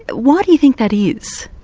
why do you think that is?